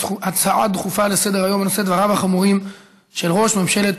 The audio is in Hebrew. הצעה דחופה לסדר-היום בנושא: דבריו החמורים של ראש ממשלת,